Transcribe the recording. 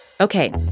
Okay